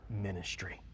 ministry